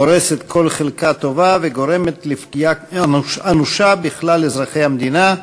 הורסת כל חלקה טובה וגורמת לפגיעה אנושה בכלל אזרחי המדינה.